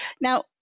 now